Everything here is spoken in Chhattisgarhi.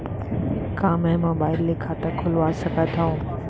का मैं मोबाइल से खाता खोलवा सकथव?